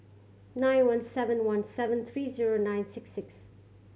nine one seven one seven three zero nine six six